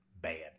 bad